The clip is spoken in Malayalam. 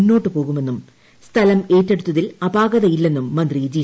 മുന്നോട്ടുപോകുമെന്നും സ്ഥലം ഏറ്റെടുത്തിൽ അപാകതയില്ലെന്നും മന്ത്രി ജി